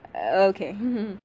okay